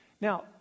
Now